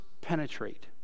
penetrate